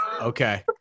Okay